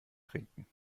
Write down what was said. trinken